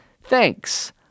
Thanks